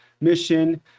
mission